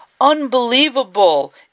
unbelievable